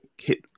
Hit